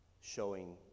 showing